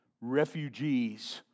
refugees